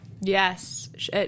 Yes